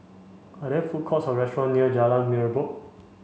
are there food courts or restaurant near Jalan Merbok